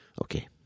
Okay